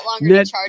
net